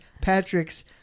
patrick's